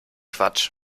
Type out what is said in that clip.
quatsch